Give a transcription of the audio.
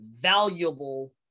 valuable